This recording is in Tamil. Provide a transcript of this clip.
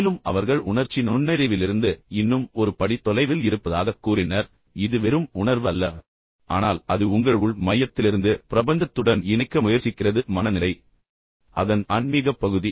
மேலும் அவர்கள் உணர்ச்சி நுண்ணறிவிலிருந்து இன்னும் ஒரு படி தொலைவில் இருப்பதாகக் கூறினர் இது வெறும் உணர்வு அல்ல ஆனால் அது உங்கள் உள் மையத்திலிருந்து பிரபஞ்சத்துடன் இணைக்க முயற்சிக்கிறது மனநிலை அதன் அதன் ஆன்மீகப் பகுதி